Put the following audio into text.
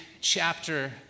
chapter